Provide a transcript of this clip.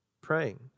praying